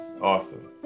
awesome